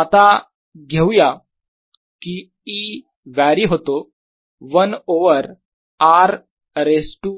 आता घेऊया की E व्हेरी होतो 1 ओवर r रेज 2